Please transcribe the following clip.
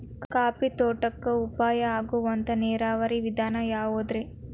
Coffee ತೋಟಕ್ಕ ಉಪಾಯ ಆಗುವಂತ ನೇರಾವರಿ ವಿಧಾನ ಯಾವುದ್ರೇ?